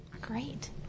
Great